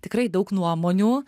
tikrai daug nuomonių